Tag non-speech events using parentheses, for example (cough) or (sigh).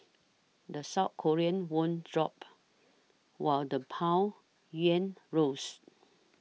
the South Korean won dropped while the pond (unintelligible) rose